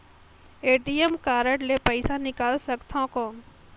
ATM card ले पइसा निकाल सकथे थव कौन?